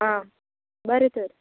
आं बरें तर